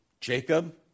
Jacob